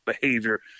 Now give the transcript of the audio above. behavior